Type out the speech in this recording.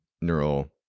neural